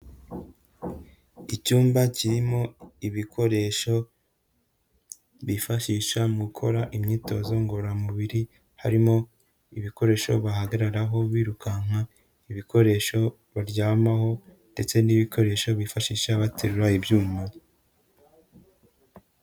Icyumba kirimo ibikoresho bifashisha mu gukora imyitozo ngororamubiri, harimo ibikoresho bahagararaho birukanka, ibikoresho baryamaho, ndetse n'ibikoresho bifashisha baterura ibyuma.